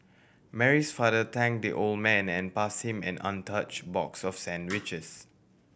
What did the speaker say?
Mary's father thank the old man and pass him an untouch box of sandwiches